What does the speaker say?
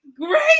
great